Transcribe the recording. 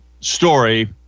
story